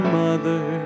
mother